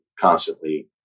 constantly